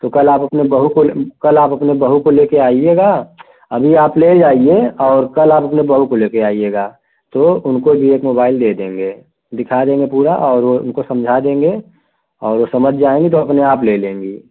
तो कल आप अपने बहू को कल आप अपने बहू को ले कर आइएगा अभी आप ले जाइए और कल आप अपने बहू को ले कर आइएगा तो उनको भी एक मोबाइल दे देंगे दिखा देंगे पूरा और वो उनको समझा देंगे और वो समझ जाएंगी तो अपने आप ले लेंगी